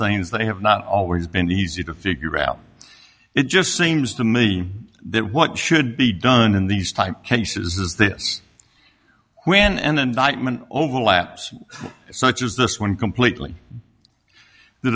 things they have not always been easy to figure out it just seems to me that what should be done in these type cases is this when an indictment overlaps such as this when completely the